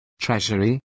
treasury